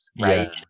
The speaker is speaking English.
right